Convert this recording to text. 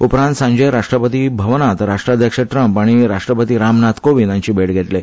उपरांत सांजे राष्ट्रपती भवनात राष्ट्राध्यक्ष ट्रम्प राष्ट्रपती रामनाथ कोविंद हांची भेट घेतले